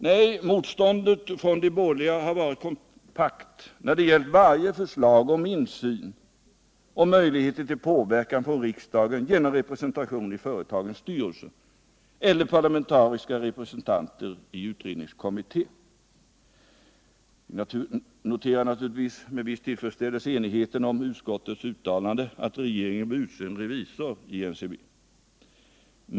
Nej, motståndet från de borgerliga har varit kompakt när det gällt varje förslag om insyn och möjligheter till påverkan från riksdagen genom representation i företagens styrelser eller parlamentariska representanter i utredningskommittén. Vi noterar naturligtvis med viss tillfredsställelse enigheten om utskottets uttalande att regeringen bör utse en revisor i NCB.